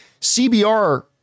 CBR